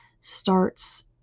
starts